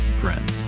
friends